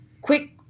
quick